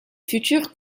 futurs